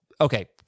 okay